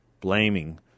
blaming